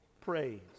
praise